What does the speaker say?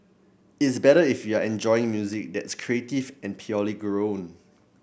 it's better if you're enjoying music that's creative and purely grown